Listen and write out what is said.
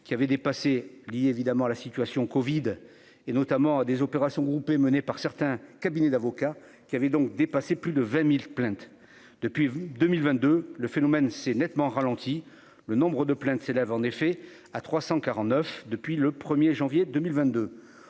qui avait dépassé lié évidemment à la situation Covid et notamment des opérations groupées, menée par certains cabinets d'avocats qui avait donc dépassé plus de 20000 plaintes depuis 2022, le phénomène s'est nettement ralentie, le nombre de plaintes s'élève en effet à 349 depuis le 1er janvier 2022